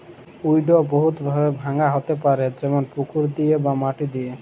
weed বহুত ভাবে ভাঙা হ্যতে পারে যেমল পুকুর দিয়ে বা মাটি দিয়ে